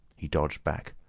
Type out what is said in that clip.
he dodged back.